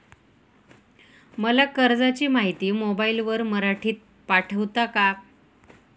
मला कर्जाची माहिती मोबाईलवर मराठीत पाठवता का?